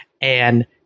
and-